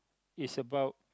is about